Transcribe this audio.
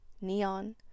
Neon